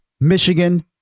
Michigan